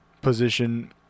position